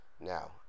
Now